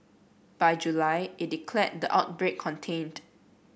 by July it declared the outbreak contained